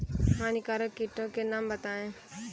हानिकारक कीटों के नाम बताएँ?